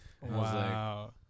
Wow